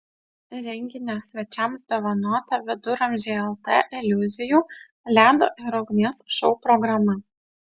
renginio svečiams dovanota viduramžiai lt iliuzijų ledo ir ugnies šou programa